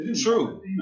True